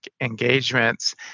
engagements